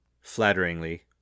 flatteringly